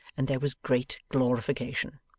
and there was great glorification.